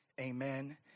amen